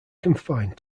confined